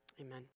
Amen